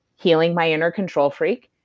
healing my inner control freak,